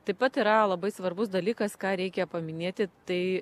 taip pat yra labai svarbus dalykas ką reikia paminėti tai